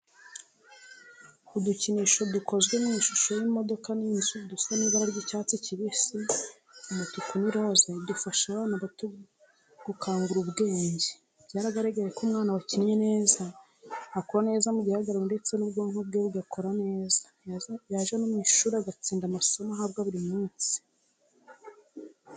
Udukinisho dukozwe mu ishusho y'imodoka n'inzu dusa n'ibara ry'icyatsi kibisi, umutuku n'iroza, dufasha abana bato gukangura ubwenge. Byaragaragaye ko umwana wakinnye neza akura neza mu gihagararo ndetse n'ubwonko bwe bugakora neza, yajya no mu ishuri agatsinda amasomo ahabwa buri munsi.